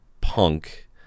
punk